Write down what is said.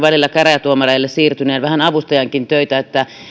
välillä käräjätuomareille siirtyneen vähän avustajankin töitä niin että